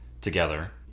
together